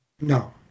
No